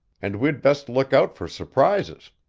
and we'd best look out for surprises.